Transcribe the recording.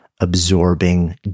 absorbing